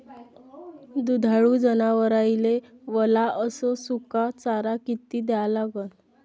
दुधाळू जनावराइले वला अस सुका चारा किती द्या लागन?